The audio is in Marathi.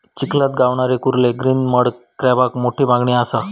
चिखलात गावणारे कुर्ले ग्रीन मड क्रॅबाक मोठी मागणी असा